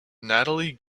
natalie